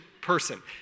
person